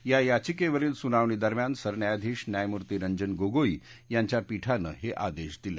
या याचिकेवरील सुनावणीदरम्यान सरन्यायाधीश न्यायमूर्ती रंजन गोगोई यांच्या पीठानं हे आदेश दिले